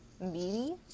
meaty